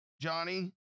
Johnny